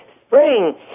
spring